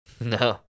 No